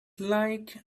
like